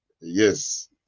Yes